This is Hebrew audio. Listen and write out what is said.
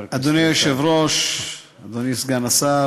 חבר הכנסת,